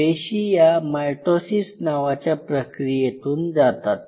पेशी या मायटॉसीस नावाच्या प्रक्रियेतून जातात